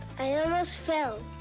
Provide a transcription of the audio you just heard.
i almost